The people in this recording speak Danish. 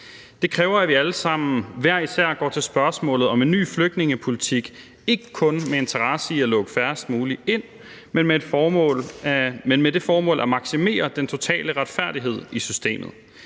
hver især ikke kun går til spørgsmålet om en ny flygtningepolitik med interesse i at lukke færrest mulige ind, men med det formål at maksimere den totale retfærdighed i systemet.